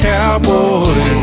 Cowboy